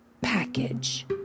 package